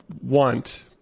want